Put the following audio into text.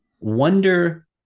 Wonder